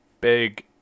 big